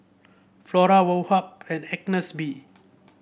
Flora Woh Hup and Agnes B